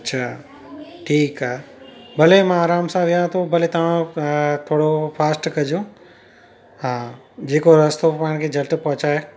अच्छा ठीकु आहे भले मां आराम सां वेहा थो भले तव्हां अ थोरो फास्ट कजो हा जेको रस्तो पाण खे झट पहुचाए